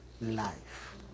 life